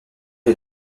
est